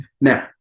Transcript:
Now